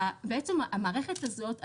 בעצם המערכת הזאת,